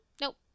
Nope